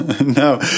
No